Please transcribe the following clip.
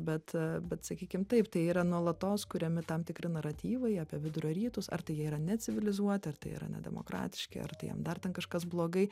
bet bet sakykim taip tai yra nuolatos kuriami tam tikri naratyvai apie vidurio rytus ar tai yra necivilizuoti ar tai yra nedemokratiški ar tai jiem dar ten kažkas blogai